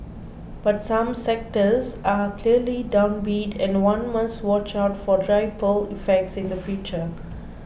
but some sectors are clearly downbeat and one must watch out for ripple effects in the future